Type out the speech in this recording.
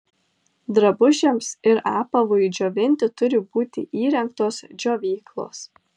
drabužiams ir apavui džiovinti turi būti įrengtos džiovyklos